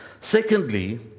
Secondly